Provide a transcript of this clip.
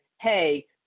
Hey